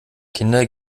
kinder